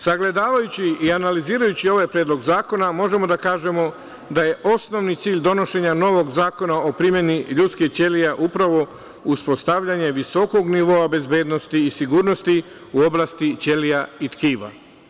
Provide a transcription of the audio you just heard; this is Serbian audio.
Sagledavajući i analizirajući ovaj Predlog zakona, možemo da kažemo da je osnovni cilj donošenja novog zakona o primeni ljudskih ćelija upravo uspostavljanje visokog nivoa bezbednosti i sigurnosti u oblasti ćelija i tkiva.